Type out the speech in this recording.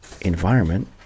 environment